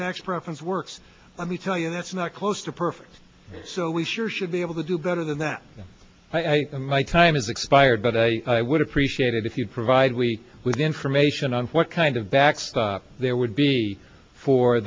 tax preference works let me tell you that's not close to perfect so we sure should be able to do better than that i my time is expired but i would appreciate it if you'd provide we with information on what kind of backstop there would be for